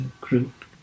group